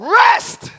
rest